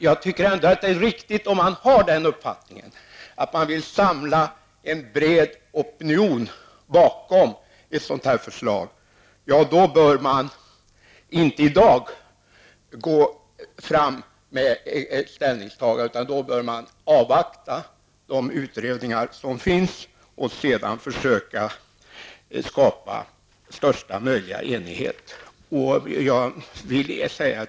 Jag tycker ändå att det är riktigt, om man har denna uppfattning, att man vill samla en bred opinion bakom ett sådant här förslag. I sådant fall bör man inte i dag gå fram med ett ställningstagande, utan man bör avvakta de utredningar som finns och sedan försöka skapa största möjliga enighet.